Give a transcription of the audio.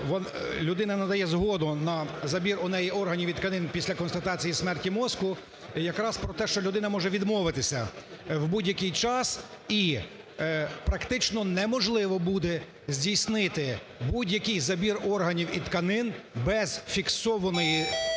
людина надає згоду на забір у неї органів і тканин після констатації смерті мозку якраз про те, що людина може відмовитися в будь-який час і практично неможливо буде здійснити будь-який забір органів і тканин без фіксованого